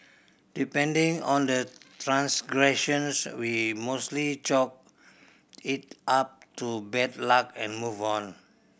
depending on the transgressions we mostly chalk it up to bad luck and move on